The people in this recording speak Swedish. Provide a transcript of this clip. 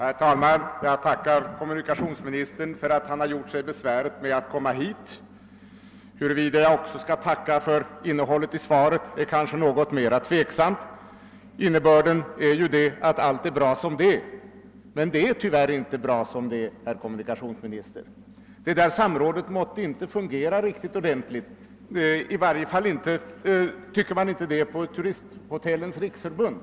Herr talman! Jag tackar kommunikationsministern för att han gjort sig besväret att komma hit. Huruvida jag också skall tacka för innehållet i svaret är kanske något mer tveksamt. Innebörden av svaret är, att allt är bra som det är. Men det är tyvärr inte bra som det är, herr kommunikationsminister! Detta samråd måtte inte fungera riktigt ordentligt; i varje fall tycker man inte det i Turisthotellens riksförbund.